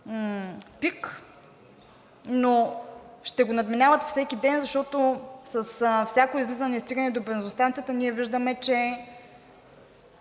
пик, но ще го надминават всеки ден, защото с всяко излизане и стигане до бензиностанцията ние виждаме, че